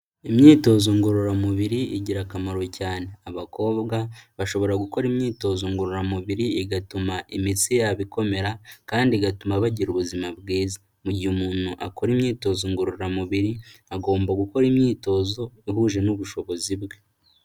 Imyitozo ngororamubiri igira akamaro cyane, abakobwa bashobora gukora imyitozo ngororamubiri igatuma imitsi yabo ikomera kandi igatuma bagira ubuzima bwiza mu gihe umuntu akora imyitozo ngororamubiri agomba gukora imyitozo ihuje n'ubushobozi bwe.